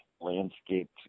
landscaped